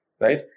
right